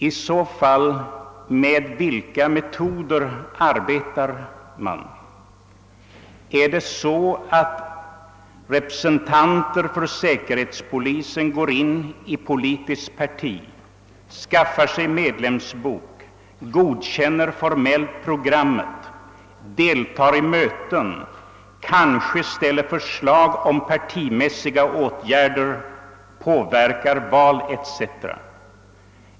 I så fall: Med vilka metoder arbetar man? är det så, att representanter för säkerhetspolisen går in i ett politiskt parti, skaffar sig medlemsbok, formellt godkänner partiprogrammet, deltar i möten, kanske framställer förslag om partimässiga åtgärder, påverkar val, etc.?